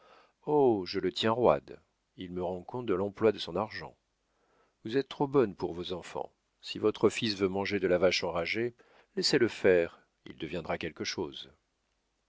oh je le tiens roide il me rend compte de l'emploi de son argent vous êtes trop bonne pour vos enfants si votre fils veut manger de la vache enragée laissez-le faire il deviendra quelque chose